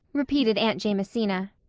repeated aunt jamesina,